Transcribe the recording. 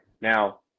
Now